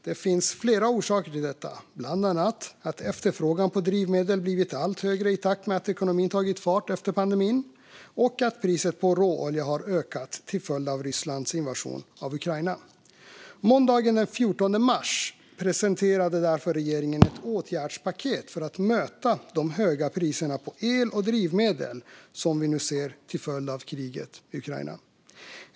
Det finns flera orsaker till detta, bland annat att efterfrågan på drivmedel blivit allt högre i takt med att ekonomin tagit fart efter pandemin och att priset på råolja har ökat till följd av Rysslands invasion av Ukraina. Måndagen den 14 mars presenterade därför regeringen ett åtgärdspaket för att möta de höga priserna på el och drivmedel som vi nu ser till följd av kriget i Ukraina.